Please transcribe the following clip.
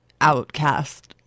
outcast